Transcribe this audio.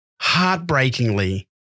heartbreakingly